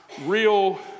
real